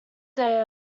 they